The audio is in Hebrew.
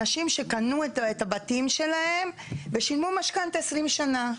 אנשים שקנו את הבתים שלהם ושילמו משכנתא 20 שנה.